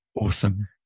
Awesome